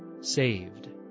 saved